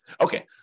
Okay